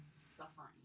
suffering